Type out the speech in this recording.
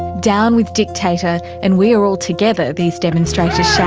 down with dictator and we are all together these demonstrators